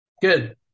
good